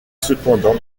cependant